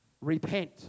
repent